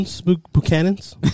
Buchanan's